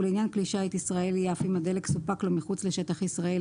ולעניין כלי שיט ישראלי אף אם הדלק סופק לו מחוץ לשטח ישראל,